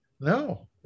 no